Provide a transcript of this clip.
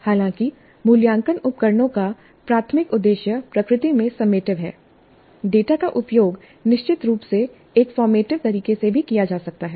हालांकि मूल्यांकन उपकरणों का प्राथमिक उद्देश्य प्रकृति में सम्मेटिव है डेटा का उपयोग निश्चित रूप से एक फॉर्मेटिंव तरीके से भी किया जा सकता है